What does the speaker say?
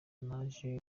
naje